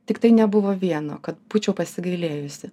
tiktai nebuvo vieno kad būčiau pasigailėjusi